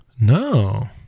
No